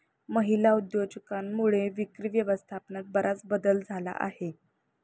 महिला उद्योजकांमुळे विक्री व्यवस्थापनात बराच बदल झाला आहे